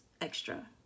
extra